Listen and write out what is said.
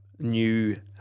New